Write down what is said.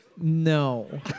No